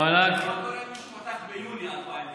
המענק משקף, מה קורה עם מי שפתח ביולי 2019?